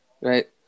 Right